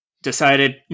Decided